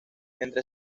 entre